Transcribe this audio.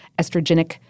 estrogenic